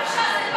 את שכחת שהצבעת.